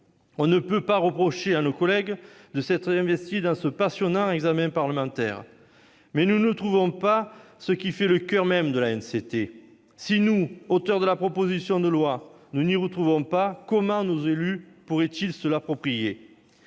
On ne peut pas reprocher à nos collègues députés de s'être investis dans ce passionnant examen parlementaire, mais nous ne retrouvons pas ce qui fait le coeur même de l'ANCT. Si nous, auteurs de la proposition de loi, ne nous y retrouvons pas, comment nos élus pourraient-ils s'approprier